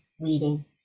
reading